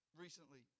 recently